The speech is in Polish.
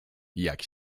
jak